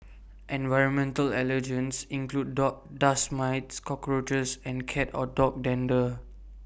environmental allergens include dust mites cockroaches and cat or dog dander